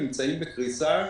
נמצאים בקריסה,